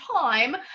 time